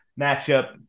matchup